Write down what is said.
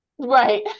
right